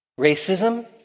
Racism